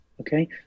Okay